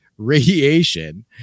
radiation